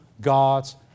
God's